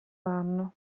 anno